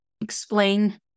explain